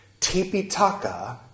Tipitaka